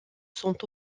sont